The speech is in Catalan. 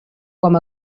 com